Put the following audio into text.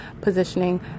positioning